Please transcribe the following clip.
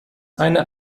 eine